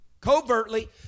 covertly